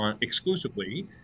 exclusively